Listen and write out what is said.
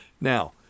Now